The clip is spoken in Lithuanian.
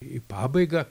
į pabaigą